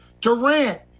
Durant